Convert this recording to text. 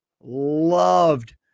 loved